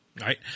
right